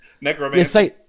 Necromancy